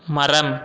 மரம்